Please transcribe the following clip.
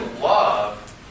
love